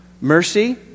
mercy